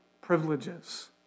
privileges